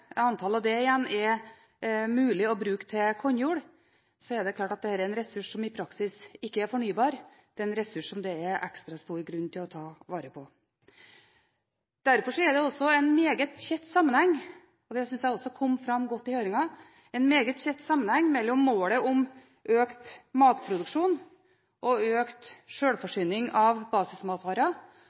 det igjen er mulig å bruke til kornjord, er det klart at dette er en ressurs som i praksis ikke er fornybar. Det er en ressurs som det er ekstra stor grunn til å ta vare på. Derfor er det også en meget tett sammenheng – og det syns jeg også kom godt fram i høringen – mellom målet om økt matproduksjon og økt